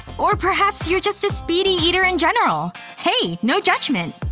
or perhaps you're just a speedy eater in general hey, no judgement!